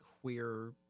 queer